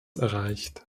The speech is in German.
erreicht